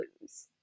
lose